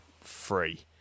free